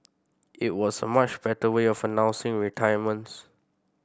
it was a much better way of announcing retirements